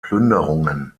plünderungen